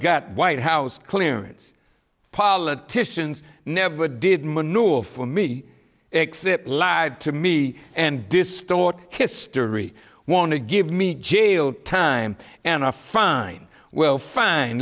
got white house clearance politicians never did manure for me except lied to me and distort history want to give me jail time and a fine well fine